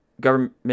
government